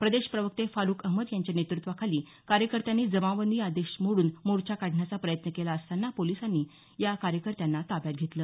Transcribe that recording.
प्रदेश प्रवक्ते फारूख अहमद यांच्या नेतृत्वाखाली कार्यकर्त्यांनी जमावबंदी आदेश मोडून मोर्चा काढण्याचा प्रयत्न केला असता पोलिसांनी या कार्यकर्त्यांना ताब्यात घेतलं